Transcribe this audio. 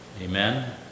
Amen